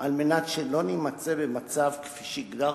על מנת שלא נימצא במצב כפי שהגדרת,